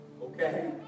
okay